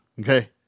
okay